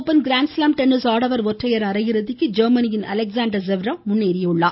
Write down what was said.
open grand slam tennis ஆடவர் ஒற்றையர் அரையிறுதிக்கு ஜெர்மனியின் அலெக்ஸாண்டர் செவ்ரவ் முன்னேறியுள்ளார்